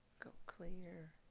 go clear.